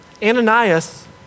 Ananias